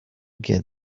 get